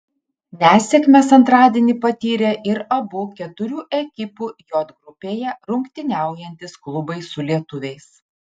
nesėkmes antradienį patyrė ir abu keturių ekipų j grupėje rungtyniaujantys klubai su lietuviais